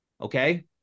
Okay